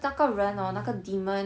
mmhmm